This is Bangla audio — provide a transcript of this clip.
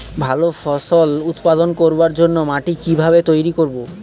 ভালো ফসল উৎপাদন করবার জন্য মাটি কি ভাবে তৈরী করব?